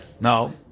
No